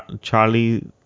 Charlie